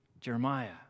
Jeremiah